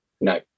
No